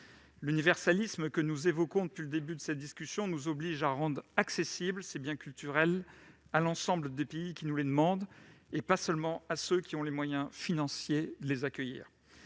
L'universalisme que nous invoquons depuis le début de cette discussion nous oblige à rendre accessibles ces biens culturels à l'ensemble des pays qui nous les demandent, et pas seulement à ceux qui ont les moyens financiers de les accueillir.